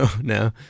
no